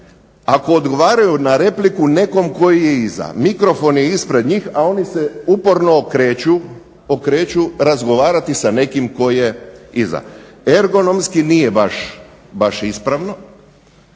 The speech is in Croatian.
ako odgovaraju na repliku nekom koji je iza, mikrofon je ispred njih a oni se uporno okreću, okreću razgovarati sa nekim ko je iza. Ergonomski nije baš ispravno